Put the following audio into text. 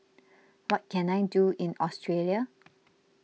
what can I do in Australia